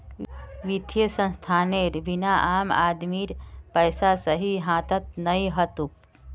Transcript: वित्तीय संस्थानेर बिना आम आदमीर पैसा सही हाथत नइ ह तोक